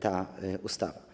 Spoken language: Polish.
ta ustawa.